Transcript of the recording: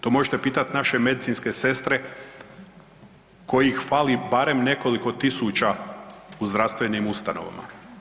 To možete pitat naše medicinske sestre kojih fali barem nekoliko tisuća u zdravstvenim ustanovama.